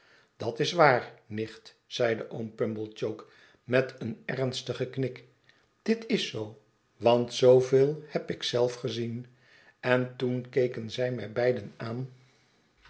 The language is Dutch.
dat is waar nicht zeide oom pumblechook met een ernstigen knik dit is zoo want zooveel heb ik zelf gezien en toen keken zij mij beiden aan